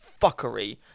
fuckery